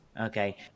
Okay